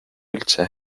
üldse